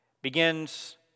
begins